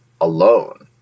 alone